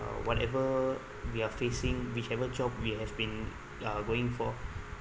uh whatever we are facing whichever job we have been uh going for